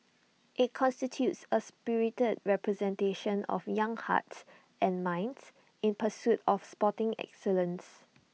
IT constitutes A spirited representation of young hearts and minds in pursuit of sporting excellence